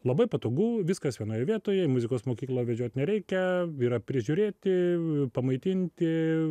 labai patogu viskas vienoje vietoje į muzikos mokyklą vežiot nereikia yra prižiūrėti pamaitinti